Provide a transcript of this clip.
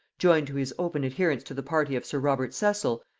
joined to his open adherence to the party of sir robert cecil,